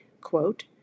Quote